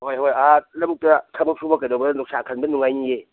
ꯍꯣꯏ ꯍꯣꯏ ꯑꯥ ꯂꯕꯨꯛꯇ ꯊꯕꯛꯁꯨꯕ ꯀꯩꯗꯧꯕꯗ ꯅꯨꯡꯁꯥ ꯈꯟꯕ ꯅꯨꯡꯉꯥꯏꯅꯤꯌꯦ